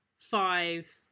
five